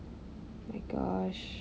my gosh